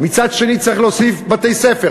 מצד שני צריך להוסיף בתי-ספר.